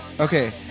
Okay